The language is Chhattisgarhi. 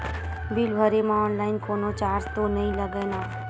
बिल भरे मा ऑनलाइन कोनो चार्ज तो नई लागे ना?